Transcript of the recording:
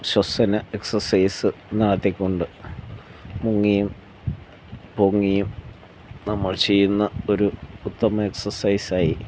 ശ്വസന എക്സസൈസ് ന്നാത്തികൊണ്ട് മുങ്ങിയും പൊങ്ങിയും നമ്മൾ ചെയ്യുന്ന ഒരു ഉത്തമ എക്സസൈസ് ആയി